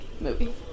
movie